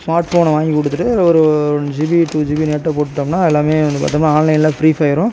smart phone வாங்கி கொடுத்துட்டு ஒரு ஒன் ஜிபி டூ ஜிபி நெட்டை போட்டுட்டோம்னா எல்லாமே வந்து பார்த்தோம்னா ஆன்லைனில் ஃப்ரீஃபயரும்